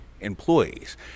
employees